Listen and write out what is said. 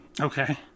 Okay